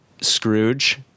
Scrooge